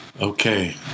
okay